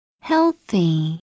healthy